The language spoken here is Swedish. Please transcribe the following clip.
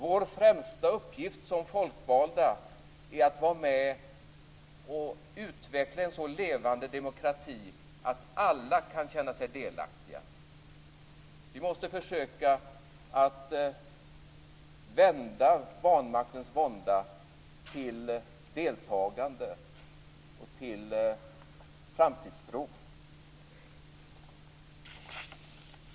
Vår främsta uppgift som folkvalda är att vara med och utveckla en så levande demokrati att alla kan känna sig delaktiga. Vi måste försöka vända vanmaktens vånda till deltagande och framtidstro.